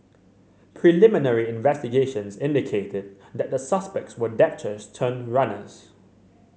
preliminary investigations indicated that the suspects were debtors turned runners